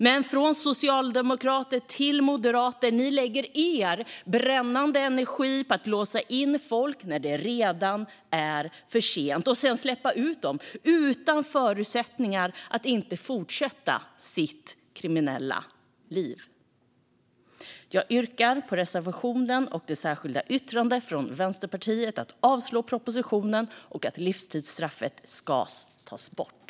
Men ni från socialdemokrater till moderater lägger er brinnande energi på att låsa in folk när det redan är för sent. Sedan släpper ni ut dem utan att de får förutsättningar att inte fortsätta sina kriminella liv. Jag yrkar bifall till reservationen och det särskilda yttrandet från Vänsterpartiet om att motionen ska avslås och att livstidsstraffet ska tas bort.